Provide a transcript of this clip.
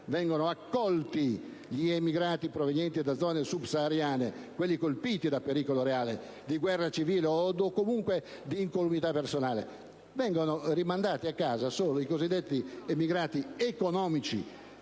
vengono accolti gli emigrati provenienti da zone sub-sahariane, quelli colpiti dal pericolo reale di guerra civile o comunque di incolumità personale. Vengono rimandati a casa solo i cosiddetti emigrati economici,